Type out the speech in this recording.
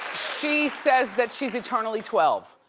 she says that she's eternally twelve.